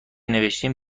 نوشتین